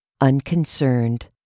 Unconcerned